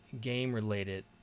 game-related